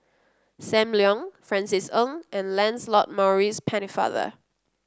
Sam Leong Francis Ng and Lancelot Maurice Pennefather